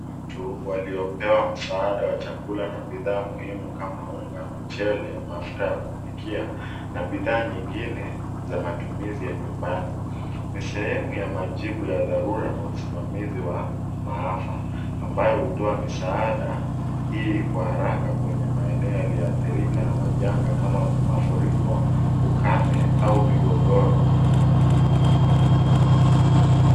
Watu waliopewa msaada wa chakula na bidhaa muhimu kama unga, mchele, mafuta ya kupikia na bidhaa nyingine za matumizi ya nyumbani. Ni sehemu ya majibu ya dharura na usimamizi wa maafa ambayo hutoa misaada hii kwa haraka kwenye maeneo yaliyoathirika na majanga kama mafuriko, ukame au migogoro.